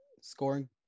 scoring